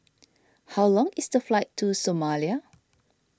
how long is the flight to Somalia